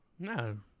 No